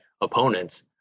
opponents